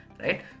Right